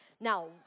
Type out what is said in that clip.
Now